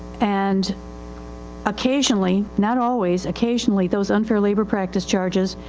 and occasionally, not always, occasionally those unfair labor practice charges,